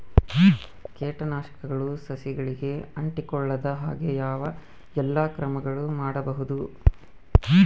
ಕೇಟನಾಶಕಗಳು ಸಸಿಗಳಿಗೆ ಅಂಟಿಕೊಳ್ಳದ ಹಾಗೆ ಯಾವ ಎಲ್ಲಾ ಕ್ರಮಗಳು ಮಾಡಬಹುದು?